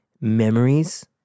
memories